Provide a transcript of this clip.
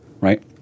right